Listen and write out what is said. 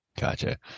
Gotcha